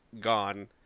gone